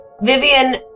Vivian